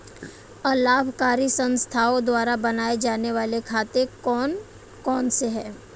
अलाभकारी संस्थाओं द्वारा बनाए जाने वाले खाते कौन कौनसे हैं?